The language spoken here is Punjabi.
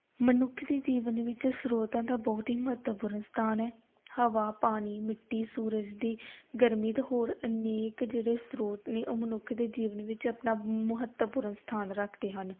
ਮਨੁੱਖ ਦੇ ਜੀਵਨ ਵਿੱਚ ਸਰੋਤਾਂ ਦਾ ਬਹੁਤ ਹੀ ਮਹੱਤਵਪੂਰਨ ਸਥਾਨ ਹੈ ਹਵਾ ਪਾਣੀ ਮਿੱਟੀ ਸੂਰਜ ਦੀ ਗਰਮੀ ਅਤੇ ਹੋਰ ਅਨੇਕ ਜਿਹੜੇ ਸਰੋਤ ਨੇ ਉਹ ਮਨੁੱਖ ਦੇ ਜੀਵਨ ਵਿੱਚ ਆਪਣਾ ਮਹੱਤਵਪੂਰਨ ਸਥਾਨ ਰੱਖਦੇ ਹਨ